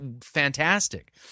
fantastic